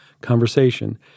conversation